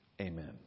Amen